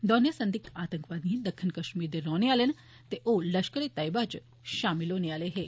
दौने संदिग्ध आतंकवादी दक्खन कश्मीर दे रौहने आहले न ते ओ लश्करे तैयबा च शामल होने आहले हे